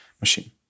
machine